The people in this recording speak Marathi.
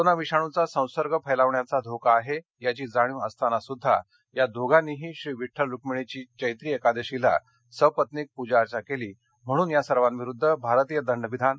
कोरोना विषाणूचा संसर्ग फैलवण्याचा धोका आहे याची जाणीव असतानासुद्धा या दोघांनीही श्री विठ्ठल रुक्मिणीची चैत्री एकादशीला सपत्निक प्रजाअर्चा केली म्हणून या सर्वाविरुद्ध भारतीय दंडविधान